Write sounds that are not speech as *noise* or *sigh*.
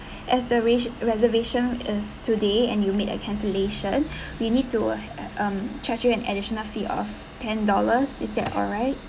as the reser~ reservation is today and you make a cancellation *breath* we need to um charge you an additional fee of ten dollars is that alright